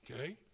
okay